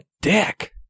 dick